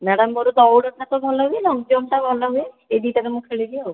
madam ମୋର ଦୌଡ଼ଟା ତ ଭଲ ହୁଏ ଲଙ୍ଗ ଜମ୍ପଟା ଭଲ ହୁଏ ଏଇ ଦୁଇଟା ମୁଁ ଖେଳିବି ଆଉ